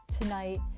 Tonight